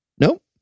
Nope